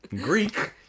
Greek